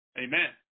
Amen